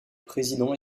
président